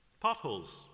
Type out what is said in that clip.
Potholes